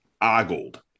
ogled